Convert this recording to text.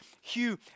Hugh